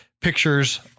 pictures